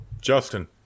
Justin